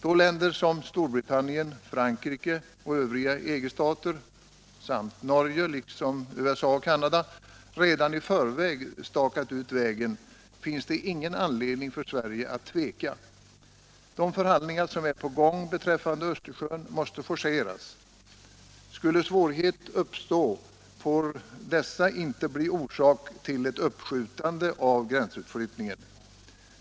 Då länder som Storbritannien, Frankrike och övriga EG stater samt Norge, liksom USA och Canada, redan i förväg stakat ut vägen, finns det ingen anledning för Sverige att tveka. De förhandlingar som är på gång beträffande Östersjön måste forceras. Skulle svårigheter uppstå får dessa inte bli orsak till ett uppskjutande av gränsutflyttningen.